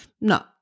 no